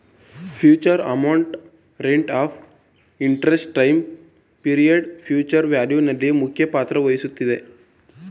future amount, rate of interest, time period future value ನಲ್ಲಿ ಮುಖ್ಯ ಪಾತ್ರ ವಹಿಸುತ್ತದೆ